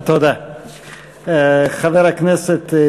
אתה רואה למה אני לא מפסיק את חבר הכנסת טיבי